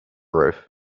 roof